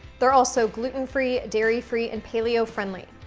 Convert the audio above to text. they're also gluten-free, dairy-free, and paleo-friendly.